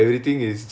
but